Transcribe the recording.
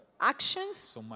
Actions